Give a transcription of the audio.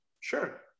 sure